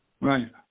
Right